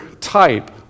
type